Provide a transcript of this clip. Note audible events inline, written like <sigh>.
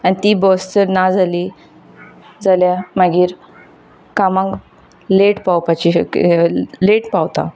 आनी ती बस जर ना जाली जाल्यार मागीर कामार लेट पावपाची <unintelligible> लेट पावता